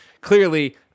clearly